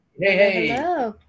hey